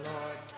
Lord